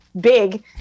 big